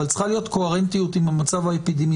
אבל צריכה להיות קוהרנטיות עם המצב האפידמיולוגי.